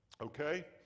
okay